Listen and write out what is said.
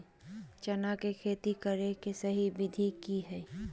चना के खेती करे के सही विधि की हय?